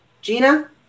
Gina